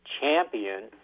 champion